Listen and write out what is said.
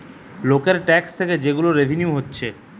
লোকের ট্যাক্স থেকে যে গুলা রেভিনিউ হতিছে